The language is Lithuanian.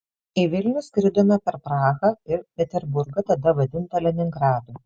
į vilnių skridome per prahą ir peterburgą tada vadintą leningradu